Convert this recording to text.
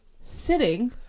sitting